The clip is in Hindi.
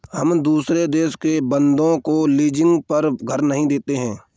हम दुसरे देश के बन्दों को लीजिंग पर घर नहीं देते